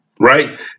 right